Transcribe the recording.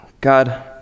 God